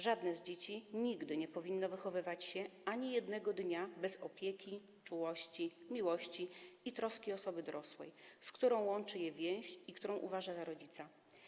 Żadne z dzieci nigdy nie powinno wychowywać się, ani jednego dnia, bez opieki, czułości, miłości i troski osoby dorosłej, z którą łączy je więź i którą uważa za rodzica.